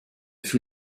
fut